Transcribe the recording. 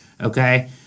Okay